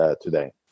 today